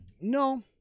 No